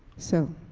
so,